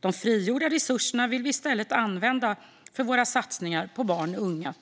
De frigjorda resurserna vill vi i stället använda för våra satsningar på barn och unga.